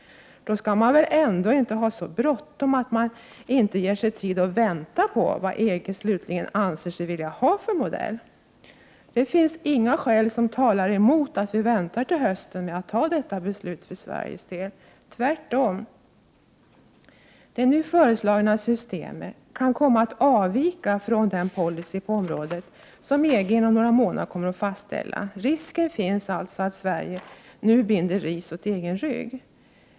Då skall man väl ändå inte ha så bråttom att man inte ger sig tid att vänta på vad EG slutligt anser sig vilja ha för modell. Det finns inga skäl som talar emot att vi väntar till hösten med att fatta detta beslut för Sveriges del. Tvärtom! Det nu föreslagna systemet kan komma att avvika från den policy på området som EG inom några månader kommer att fastställa. Risken finns alltså att Sverige nu binder ris åt egen rygg.